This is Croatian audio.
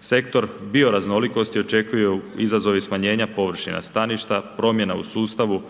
Sektor bioraznolikosti očekuju izazovi smanjenja površina staništa, promjena u sustavu